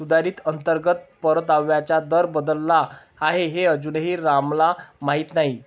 सुधारित अंतर्गत परताव्याचा दर बदलला आहे हे अजूनही रामला माहीत नाही